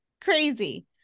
crazy